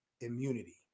immunity